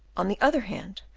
on the other hand,